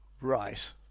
right